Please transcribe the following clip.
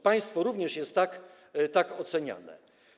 Państwo również jest tak oceniane.